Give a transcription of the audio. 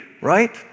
right